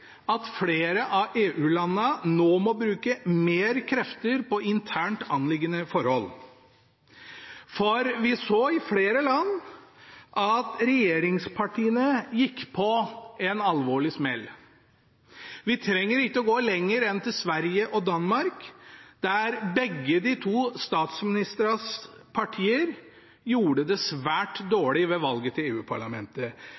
flere av EU-landene nå må bruke mer krefter på internt anliggende forhold. I flere land så vi at regjeringspartiene gikk på en alvorlig smell. Vi trenger ikke gå lenger enn til Sverige og Danmark, der begge statsministrenes partier gjorde det svært